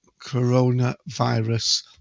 coronavirus